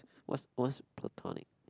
what's what's platonic